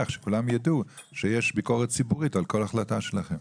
שכולם יידעו שיש ביקורת ציבורית על כל החלטה שלכם.